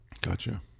Gotcha